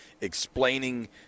explaining